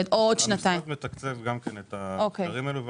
המשרד מתקצב את הדברים האלה,